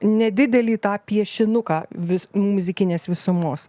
nedidelį tą piešinuką vis muzikinės visumos